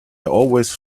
always